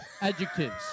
adjectives